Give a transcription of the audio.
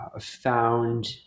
found